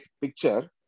picture